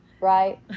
right